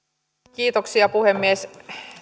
kiitoksia puhemies